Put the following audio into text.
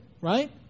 right